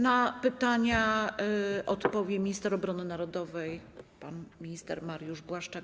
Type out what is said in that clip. Na pytania odpowie Minister Obrony Narodowej, pan minister Mariusz Błaszczak.